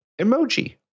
emoji